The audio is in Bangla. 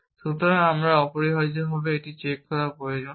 সুতরাং আমরা অপরিহার্যভাবে এই চেক প্রয়োজন